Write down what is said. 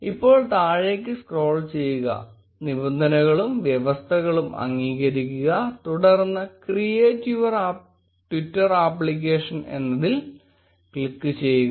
ഇപ്പോൾ താഴേക്ക് സ്ക്രോൾ ചെയ്യുക നിബന്ധനകളും വ്യവസ്ഥകളും അംഗീകരിക്കുക തുടർന്ന് create your twitter അപ്ലിക്കേഷൻ എന്നതിൽ ക്ലിക്കുചെയ്യുക